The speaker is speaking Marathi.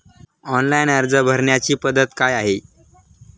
ऑनलाइन अर्ज भरण्याची पद्धत काय आहे?